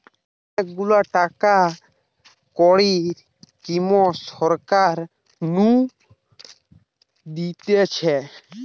অনেক গুলা টাকা কড়ির স্কিম সরকার নু দিতেছে